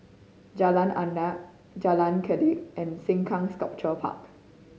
Jalan Adat Jalan Kledek and Sengkang Sculpture Park